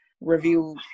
review